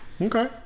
Okay